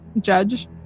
Judge